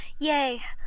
yea,